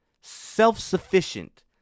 self-sufficient